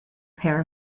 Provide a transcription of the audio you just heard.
pair